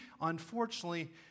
unfortunately